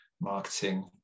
marketing